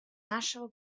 нашего